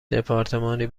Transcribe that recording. دپارتمانی